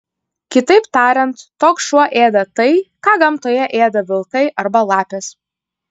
kitaip tariant toks šuo ėda tai ką gamtoje ėda vilkai arba lapės